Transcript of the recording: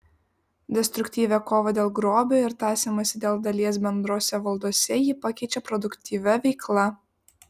destruktyvią kovą dėl grobio ir tąsymąsi dėl dalies bendrose valdose ji pakeičia produktyvia veikla